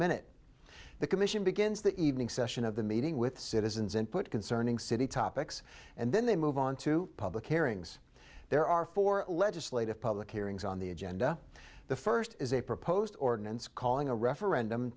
minute the commission begins the evening session of the meeting with citizens input concerning city topics and then they move on to public hearings there are four legislative public hearings on the agenda the first is a proposed ordinance calling a referendum